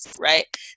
right